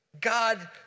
God